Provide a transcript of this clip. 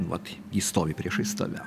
vat ji stovi priešais tave